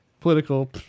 political